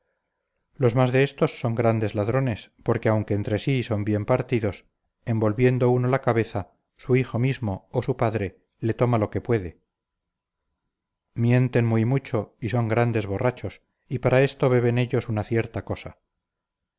los más de éstos son grandes ladrones porque aunque entre sí son bien partidos en volviendo uno la cabeza su hijo mismo o su padre le toma lo que puede mienten muy mucho y son grandes borrachos y para esto beben ellos una cierta cosa